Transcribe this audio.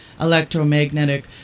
electromagnetic